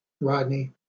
Rodney